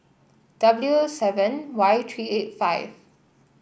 W seven Y three eight five